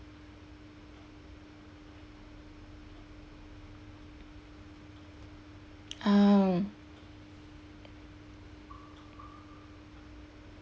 ah